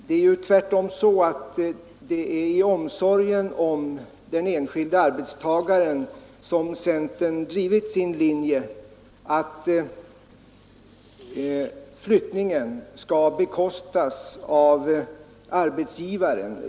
Det är tvärtom så att det är i omsorgen om den enskilde arbetstagaren som centern drivit sin linje att flyttningen skall bekostas av arbetsgivaren.